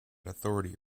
authority